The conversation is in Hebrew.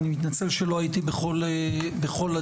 אני מתנצל שלא הייתי בכל הדיון.